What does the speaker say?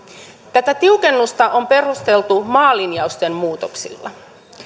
tätä tiukennusta on perusteltu maalinjausten muutoksilla